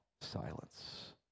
silence